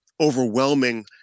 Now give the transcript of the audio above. overwhelming